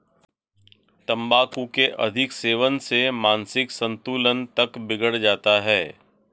तंबाकू के अधिक सेवन से मानसिक संतुलन तक बिगड़ जाता है